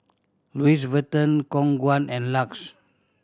Louis Vuitton Khong Guan and LUX